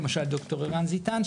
למשל ד"ר ערן זיתן,